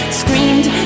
screamed